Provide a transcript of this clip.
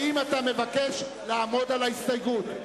האם אתה מבקש לעמוד על ההסתייגות?